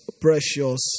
precious